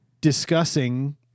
discussing